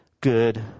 good